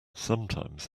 sometimes